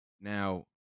Now